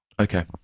Okay